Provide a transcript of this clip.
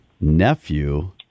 nephew